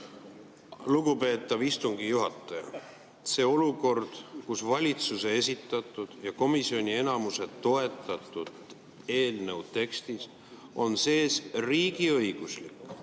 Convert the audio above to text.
Lugupeetav istungi juhataja! Sellises olukorras, kus valitsuse esitatud ja komisjoni enamuse toetatud eelnõu tekstis on sees riigiõiguslik